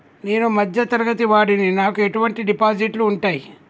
నేను మధ్య తరగతి వాడిని నాకు ఎటువంటి డిపాజిట్లు ఉంటయ్?